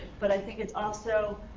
but i think it's also,